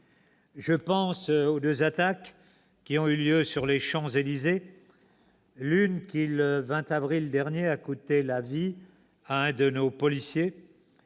Je pense aux deux attaques ayant eu lieu sur les Champs-Élysées, l'une qui, le 20 avril dernier, a coûté la vie à un de nos policiers,